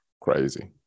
Crazy